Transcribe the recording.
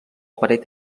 paret